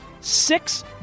six